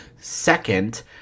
Second